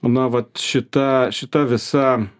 na vat šita šita visa